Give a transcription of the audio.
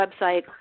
website